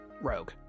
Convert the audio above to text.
Rogue